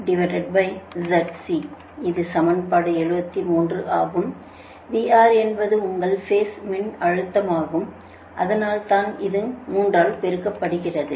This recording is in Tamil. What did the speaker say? VR என்பது உங்கள் பேஸ் மின்னழுத்தமாகும் அதனால்தான் இது 3 ஆல் பெருக்கப்படுகிறது